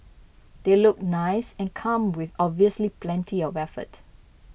they look nice and come with obviously plenty of effort